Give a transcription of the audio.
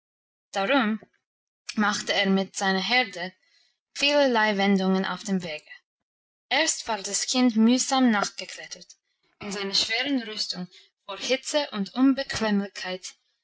darum machte er mit seiner herde vielerlei wendungen auf dem wege erst war das kind mühsam nachgeklettert in seiner schweren rüstung vor hitze und